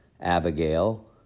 Abigail